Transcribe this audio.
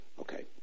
Okay